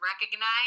recognize